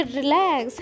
relax